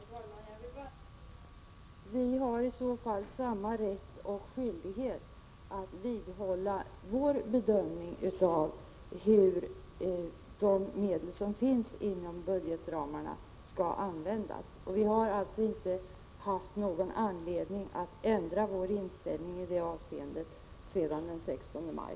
Herr talman! Vi har i så fall samma rätt och skyldighet att vidhålla vår bedömning av hur de medel som finns inom budgetramarna skall användas. Vi har alltså inte haft någon anledning att ändra vår inställning i det avseendet sedan den 16 maj.